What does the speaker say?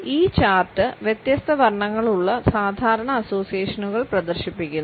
ഈ ചാർട്ട് വ്യത്യസ്ത വർണ്ണങ്ങളുള്ള സാധാരണ അസോസിയേഷനുകൾ പ്രദർശിപ്പിക്കുന്നു